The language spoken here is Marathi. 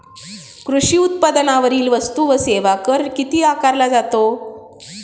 कृषी उत्पादनांवरील वस्तू व सेवा कर किती आकारला जातो?